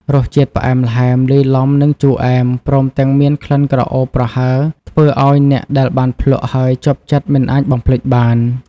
រសជាតិផ្អែមល្ហែមលាយឡំនឹងជូរអែម ព្រមទាំងមានក្លិនក្រអូបប្រហើរធ្វើឲ្យអ្នកដែលបានភ្លក្សហើយជាប់ចិត្តមិនអាចបំភ្លេចបាន។